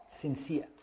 sincere